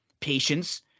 patience